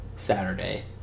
Saturday